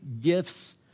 gifts